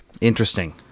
Interesting